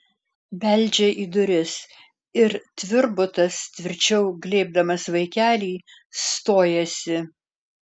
beldžia į duris ir tvirbutas tvirčiau glėbdamas vaikelį stojasi